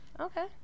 Okay